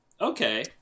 okay